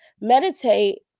meditate